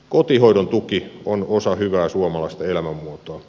kotihoidon tuki on osa hyvää suomalaista elämänmuotoa